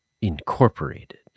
Incorporated